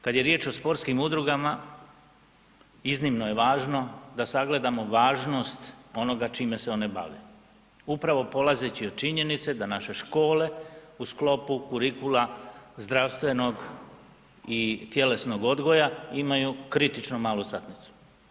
Kada je riječ o sportskim udrugama, iznimno je važno da sagledamo važnost onoga čime se one bave, upravo polazeći od činjenice da naše škole u sklopu kurikula zdravstvenog i tjelesnog odgoja imaju kritično malu satnicu.